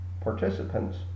Participants